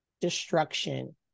destruction